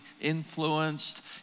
influenced